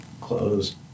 clothes